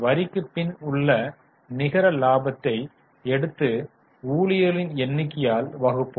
வரிக்குப் பின் உள்ள நிகர லாபத்தை எடுத்து ஊழியர்களின் எண்ணிக்கையால் வகுப்போம்